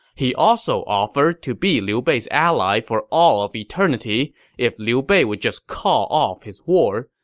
he also offered to be liu bei's ally for all of eternity if liu bei would just call off his war,